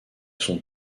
son